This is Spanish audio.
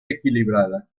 equilibrada